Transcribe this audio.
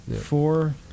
Four